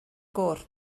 gŵr